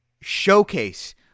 showcase